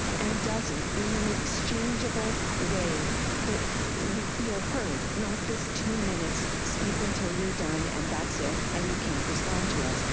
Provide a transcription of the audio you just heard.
and does it in an exchangeable way that we feel heard. not this two minutes, speak until you're done and that's it. and you can't respond to us.